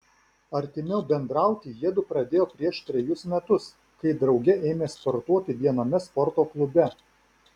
artimiau bendrauti jiedu pradėjo prieš trejus metus kai drauge ėmė sportuoti viename sporto klube